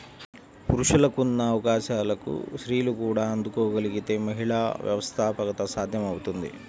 పురుషులకున్న అవకాశాలకు స్త్రీలు కూడా అందుకోగలగితే మహిళా వ్యవస్థాపకత సాధ్యమవుతుంది